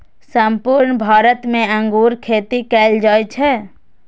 संपूर्ण भारत मे अंगूर खेती कैल जा सकै छै